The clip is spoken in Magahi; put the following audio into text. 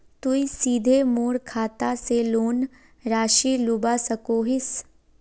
तुई सीधे मोर खाता से लोन राशि लुबा सकोहिस?